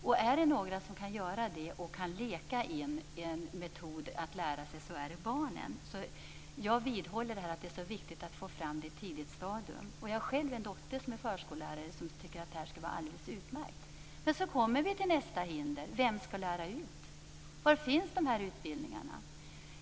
Finns det några som kan göra det och leka in kunskapen, så är det barnen. Jag vidhåller att det är viktigt att börja på ett tidigt stadium. Jag har själv en dotter som är förskollärare, och hon tycker att detta skulle vara alldeles utmärkt. Men så kommer vi till nästa hinder: Var finns de som skall lära ut? Var finns de här utbildningarna?